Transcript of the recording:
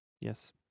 yes